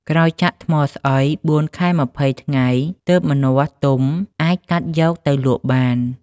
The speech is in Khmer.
ក្រោយចាក់ថ្មស្អុយ ៤ខែ២០ថ្ងៃ ទើបម្ចាស់ទុំអាចកាត់យកទៅលក់បាន។